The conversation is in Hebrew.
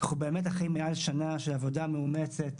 אנחנו אחרי מעל שנה של עבודה מאומצת